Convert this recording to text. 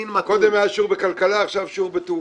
קודם היה שיעור בכלכלה, עכשיו שיעור בתעופה.